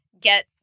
Get